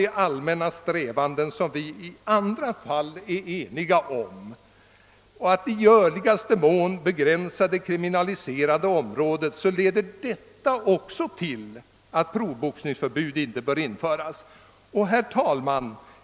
De allmänna strävanden, som vi i andra fall är eniga om, att i görligaste mån begränsa det kriminaliserade området leder också till ställningstagandet att proffsboxningsförbud inte bör införas. Herr talman!